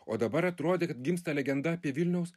o dabar atrodė kad gimsta legenda apie vilniaus